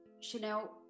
Chanel